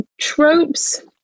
tropes